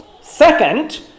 Second